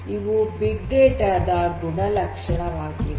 ಇವು big data ದ ಗುಣಲಕ್ಷಣವಾಗಿವೆ